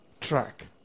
track